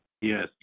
Yes